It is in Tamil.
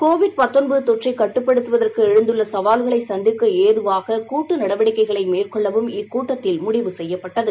கோவிட் தொற்றைக் கட்டுப்படுத்துவதற்கு எழுந்துள்ள ச்வால்களை சந்திக்க ஏதுவாக கூட்டு நடவடிக்கைகளை மேற்கொள்ளவும் இக்கூட்டத்தில் முடிவு செய்யப்பட்டது